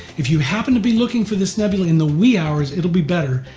if you happen to be looking for this nebula in the wee hours it will be better,